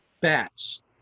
bats